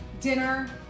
dinner